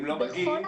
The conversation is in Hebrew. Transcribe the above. פנויים.